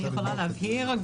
אני יכולה להבהיר,